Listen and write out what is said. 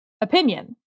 opinion